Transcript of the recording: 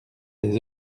des